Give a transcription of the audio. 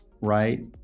right